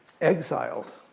exiled